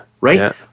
Right